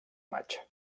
maig